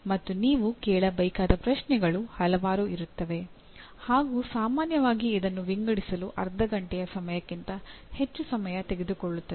ಮತ್ತು ನೀವು ಕೇಳಬೇಕಾದ ಪ್ರಶ್ನೆಗಳು ಹಲವಾರು ಇರುತ್ತವೆ ಹಾಗೂ ಸಾಮಾನ್ಯವಾಗಿ ಇದನ್ನು ವಿಂಗಡಿಸಲು ಅರ್ಧ ಘಂಟೆಯ ಸಮಯಕ್ಕಿಂತ ಹೆಚ್ಚು ಸಮಯ ತೆಗೆದುಕೊಳ್ಳುತ್ತದೆ